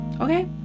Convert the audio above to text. okay